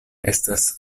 estas